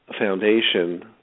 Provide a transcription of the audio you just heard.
foundation